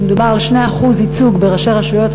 כשמדובר על 2% ייצוג בראשי רשויות,